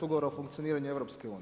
Ugovora o funkcioniranju EU.